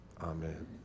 amen